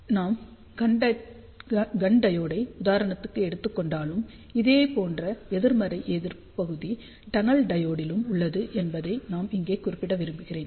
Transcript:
நாம் கன் டையோடை உதாரணத்தை எடுத்துக் கொண்டாலும் இதேபோன்ற எதிர்மறை எதிர்ப்பு பகுதி டன்னல் டையோடிலும் உள்ளது என்பதை நான் இங்கே குறிப்பிட விரும்புகிறேன்